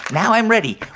now i'm ready.